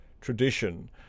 tradition